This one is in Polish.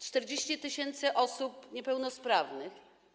40 tys. osób niepełnosprawnych.